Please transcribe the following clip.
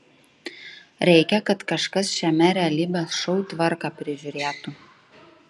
reikia kad kažkas šiame realybės šou tvarką prižiūrėtų